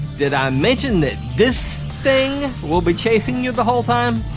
did i mention that this thing will be chasing you the whole time?